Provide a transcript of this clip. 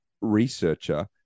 researcher